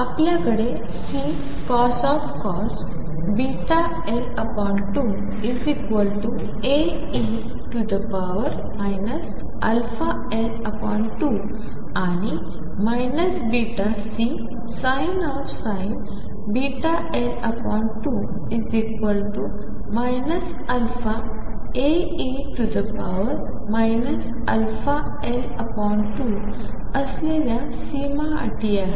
आपल्या कडे Ccos βL2 Ae αL2 आणि βCsin βL2 αAe αL2 असलेल्या सीमा अटी आहेत